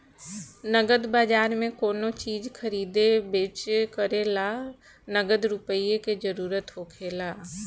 नगद बाजार में कोनो चीज खरीदे बेच करे ला नगद रुपईए के जरूरत होखेला